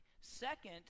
second